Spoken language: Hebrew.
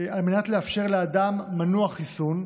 על מנת לאפשר לאדם מנוע חיסון,